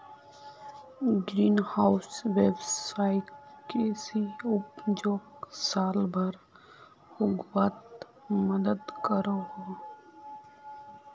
green house वैवसायिक कृषि उपजोक साल भर उग्वात मदद करोह